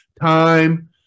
time